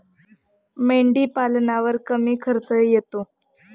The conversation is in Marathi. मेंढीपालनावर कमी खर्च येतो